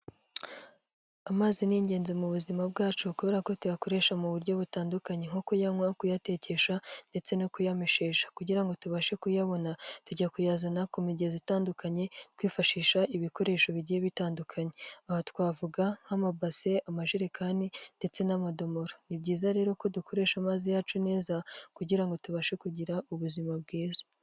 Amazi ni ingenzi mu buzima bwacu kubera ko tuyakoresha mu buryo butandukanye nko kuyanywa, kuyatekesha, ndetse no kuyameshesha. Kugira ngo tubashe kuyabona tujya kuyazana ku migezi itandukanye twifashisha ibikoresho bigiye bitandukanye. Aha twavuga nk'amabase, amajerekani, ndetse n'amadomoro. Ni byiza rero ko dukoresha amazi yacu neza kugira ngo tubashe kugira ubuzima bwiza.